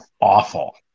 awful